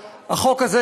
תודה רבה לך,